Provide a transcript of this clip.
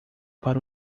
para